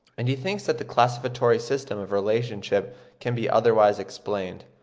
and he thinks that the classificatory system of relationship can be otherwise explained.